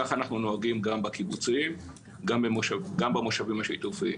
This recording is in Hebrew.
כך אנחנו נוהגים גם בקיבוצים וגם במושבים השיתופיים.